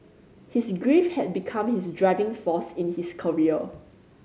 his grief had become his driving force in his career